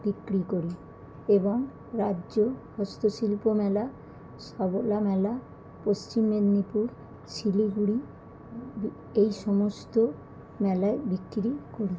বিক্রি করি এবং রাজ্য হস্তশিল্প মেলা সবলা মেলা পশ্চিম মেদনীপুর শিলিগুড়ি এই সমস্ত মেলায় বিক্রি করি